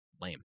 lame